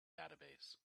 database